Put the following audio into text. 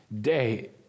day